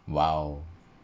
!wow!